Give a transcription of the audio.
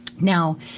Now